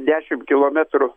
dešimt kilometrų